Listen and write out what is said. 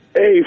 Hey